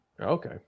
Okay